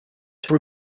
every